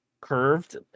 curved